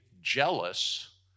jealous